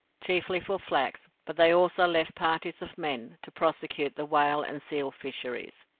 chiefly for flax but they also left parties of men to prosecute the whale and seal fisheries,